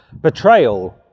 Betrayal